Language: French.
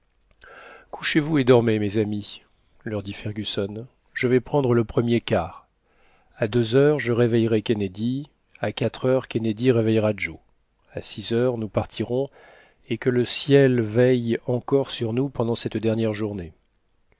couchez-vous et dormez mes amis leur dit fergusson je vais prendre le premier quart à deux heures je réveillerai kennedy à quatre heures kennedy réveillera joe à six heures nous partirons et que le ciel veille encore sur nous pendant cette dernière journée